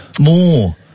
more